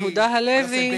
יהודה הלוי,